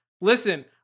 listen